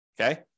Okay